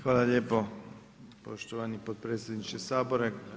Hvala lijepo poštovani potpredsjedniče Sabora.